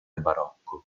barocco